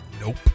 Nope